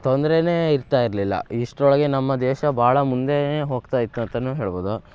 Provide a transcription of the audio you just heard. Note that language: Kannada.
ತೊಂದ್ರೆಯೇ ಇರ್ತಾ ಇರಲಿಲ್ಲ ಇಷ್ಟರೊಳಗೆ ನಮ್ಮ ದೇಶ ಭಾಳ ಮುಂದೆಯೇ ಹೋಗ್ತಾ ಇತ್ತು ಅಂತಲೂ ಹೇಳ್ಬೋದು